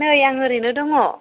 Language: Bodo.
नै आं ओरैनो दङ